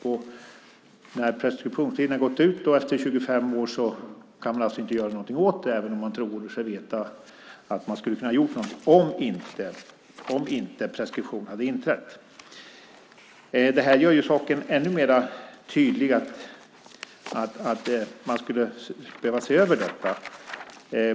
Och när preskriptionstiden har gått ut efter 25 år kan man alltså inte göra någonting åt det, även om man tror sig veta att man skulle ha kunnat göra någonting om inte preskription hade inträtt. Det här gör saken ännu mer tydlig, att man skulle behöva se över detta.